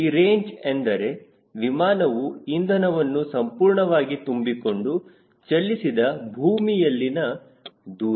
ಈ ರೇಂಜ್ ಎಂದರೆ ವಿಮಾನವು ಇಂಧನವನ್ನು ಸಂಪೂರ್ಣವಾಗಿ ತುಂಬಿಕೊಂಡು ಚಲಿಸಿದ ಭೂಮಿಯಲ್ಲಿನ ದೂರ